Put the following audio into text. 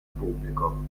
pubblico